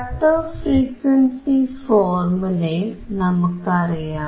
cut off frequency ഫോർമുലയും നമുക്ക് അറിയാം